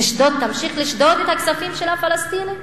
תמשיך לשדוד את הכספים של הפלסטינים?